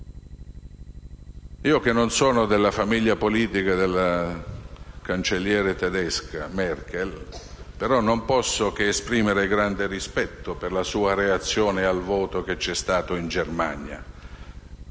Io, che non sono della famiglia politica della cancelliera tedesca Merkel, non posso tuttavia non esprimere grande rispetto per la sua reazione al voto di domenica in Germania.